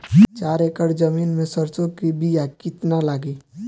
चार एकड़ जमीन में सरसों के बीया कितना लागी?